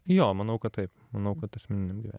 jo manau kad taip manau kad asmeniniam gyve